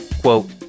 quote